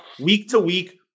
week-to-week